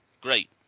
great